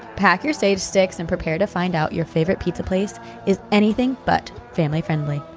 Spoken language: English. pack your sage sticks and prepare to find out your favorite pizza place is anything but family-friendly.